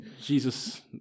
Jesus